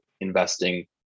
investing